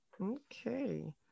okay